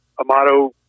Amato